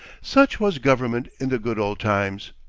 such was government in the good old times!